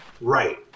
right